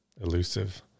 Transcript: elusive